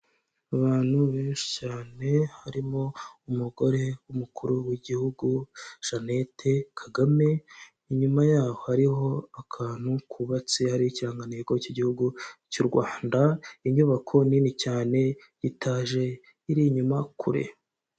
Abantu benshi cyane harimo umugore w'umukuru w'igihugu Jeannette Kagame, inyuma hariho akantu kubatse hariho ikiranteko k'igihugu cy'u Rwanda, inyubako nini cyane y'itaje iri inyuma kure.